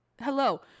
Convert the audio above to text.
hello